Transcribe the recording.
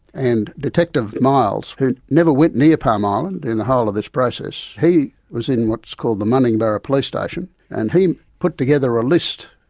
and detective miles, who never went near palm island in the whole of this process, he was in what's called the mundingburra police station and he put together a list,